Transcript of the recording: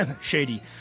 Shady